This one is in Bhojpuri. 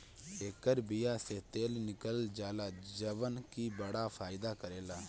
एकर बिया से तेल निकालल जाला जवन की बड़ा फायदा करेला